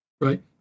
Right